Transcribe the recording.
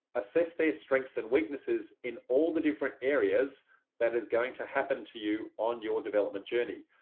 assess their strengths and weaknesses in all the different areas that is going to happen to you on your development journey.